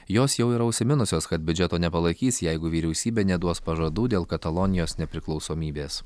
jos jau yra užsiminusios kad biudžeto nepalaikys jeigu vyriausybė neduos pažadų dėl katalonijos nepriklausomybės